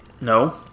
No